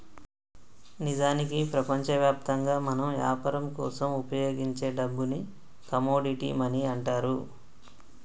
నిజానికి ప్రపంచవ్యాప్తంగా మనం యాపరం కోసం ఉపయోగించే డబ్బుని కమోడిటీ మనీ అంటారు